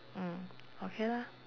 mm okay lah